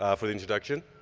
um for the introduction.